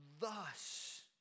thus